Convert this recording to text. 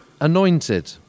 anointed